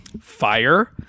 fire